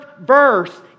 verse